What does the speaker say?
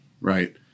right